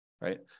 right